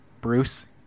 Bruce